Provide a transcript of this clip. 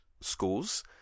schools